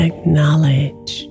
Acknowledge